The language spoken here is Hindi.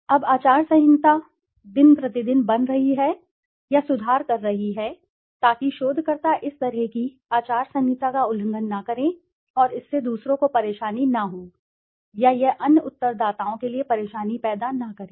अब आचार संहिता दिन प्रतिदिन बन रही है या सुधार कर रही है ताकि शोधकर्ता इस तरह की आचार संहिता का उल्लंघन न करें और इससे दूसरों को परेशानी न हो या यह अन्य उत्तरदाताओं के लिए परेशानी पैदा न करे